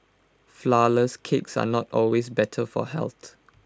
Flourless Cakes are not always better for health